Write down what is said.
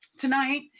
Tonight